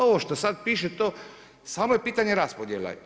Ovo što sad piše to samo je pitanje raspodjele.